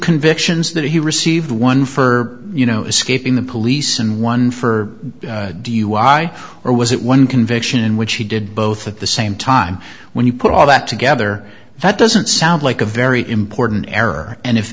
convictions that he received one for you know escaping the police and one for dui or was it one conviction in which he did both at the same time when you put all that together that doesn't sound like a very important error and if